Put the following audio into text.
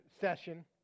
session